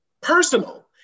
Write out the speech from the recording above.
personal